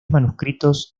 manuscritos